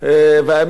האמת היא,